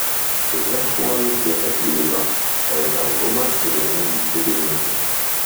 staiga chlojė kiek atlyžo paėmė albumą ir ėmė jį tyrinėti